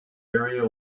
area